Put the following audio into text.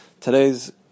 Today's